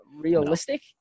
realistic